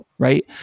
right